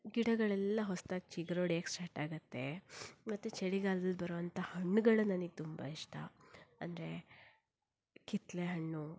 ಗಿಡಗಳೆಲ್ಲ ಹೊಸದಾಗಿ ಚಿಗುರೋಡೆಯೋಕೆ ಸ್ಟಾರ್ಟ್ ಆಗುತ್ತೆ ಮತ್ತು ಚಳಿಗಾಲದಲ್ಲಿ ಬರುವಂತಹ ಹಣ್ಣುಗಳು ನನಗೆ ತುಂಬ ಇಷ್ಟ ಅಂದರೆ ಕಿತ್ತಲೆ ಹಣ್ಣು